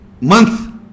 month